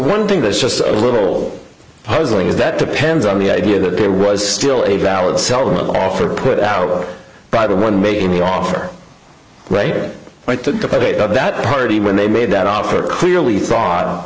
one thing that's just a little puzzling is that depends on the idea that there was still a valid seller of offer put out by the one making the offer right right the date of that party when they made that offer clearly thought on